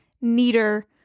neater